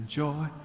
joy